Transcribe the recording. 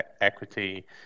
equity